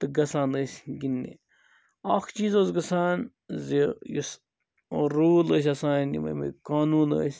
گَژھان ٲسۍ گِنٛدنہِ اَکھ چیٖز اوس گَژھان زِ یُس روٗل ٲسۍ آسان یِم قانون ٲسۍ